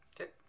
Okay